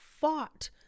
fought